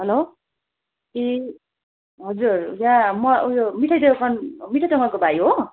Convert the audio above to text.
hello ए हजुर ल म उयो मिठाई दोकान मिठाई दोकानको भाइ हो